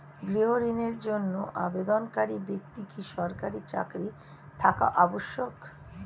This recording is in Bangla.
গৃহ ঋণের জন্য আবেদনকারী ব্যক্তি কি সরকারি চাকরি থাকা আবশ্যক?